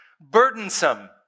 burdensome